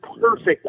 perfect